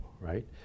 Right